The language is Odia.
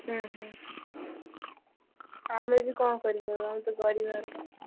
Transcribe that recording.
ହମ୍ମ ହମ୍ମ ଆମେ ବି କ'ଣ କରିବା ଆମେ ତ ଗରିବ